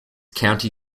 county